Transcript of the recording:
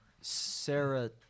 Sarah